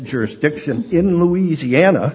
jurisdiction in louisiana